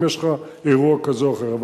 אם יש לך אירוע כזה או אחר.